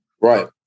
Right